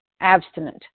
abstinent